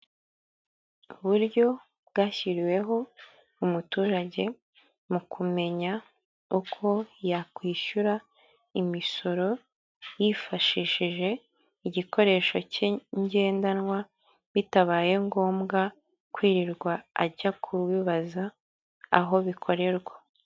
Uburyo bwashyiriweho umuturage mu kumenya uko yakwishyura imisoro yifashishije igikoresho cye ngendanwa, bitabaye ngombwa kwirirwa ajya kubibaza aho bikorerwa.